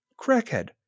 crackhead